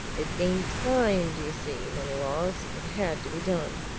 it gained time, do you see, moneylaws it had to be done.